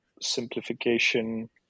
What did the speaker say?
simplification